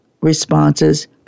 responses